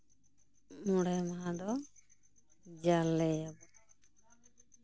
ᱢᱚᱬᱮ ᱢᱟᱦᱟ ᱫᱚ ᱡᱟᱞᱮᱭᱟᱵᱚᱱ